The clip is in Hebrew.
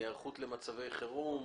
היערכות למצבי חירום.